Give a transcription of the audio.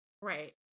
right